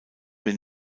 mehr